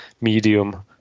medium